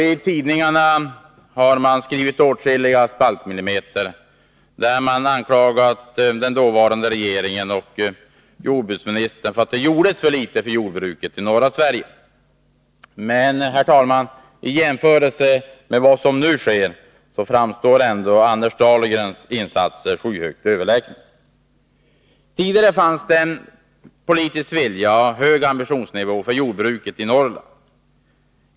I tidningarna har man skrivit åtskilliga spaltmillimeter, där man anklagat den dåvarande regeringen och jordbruksministern för att det gjordes för litet för jordbruket i norra Sverige. Men, herr talman, i jämförelse med vad som nu sker framstår ändå Anders Dahlgrens insatser som skyhögt överlägsna. Tidigare fanns det en politisk vilja och hög ambitionsnivå för jordbruket i Norrland.